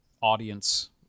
audience